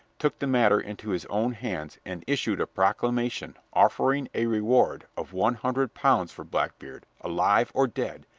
took the matter into his own hands and issued a proclamation offering a reward of one hundred pounds for blackbeard, alive or dead,